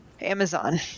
Amazon